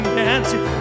dancing